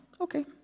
Okay